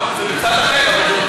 זה מצד אחר, אבל זה אותו סיפור.